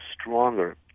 stronger